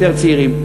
יותר צעירים.